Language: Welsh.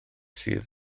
sydd